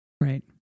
Right